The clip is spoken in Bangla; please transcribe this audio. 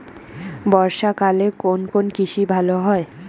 বর্ষা কালে কোন কোন কৃষি ভালো হয়?